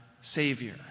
Savior